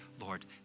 Lord